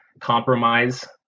compromise